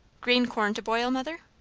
green corn to boil, mother?